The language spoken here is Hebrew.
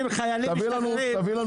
תביא לנו